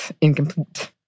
incomplete